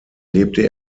lebte